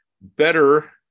Better